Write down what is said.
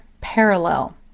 parallel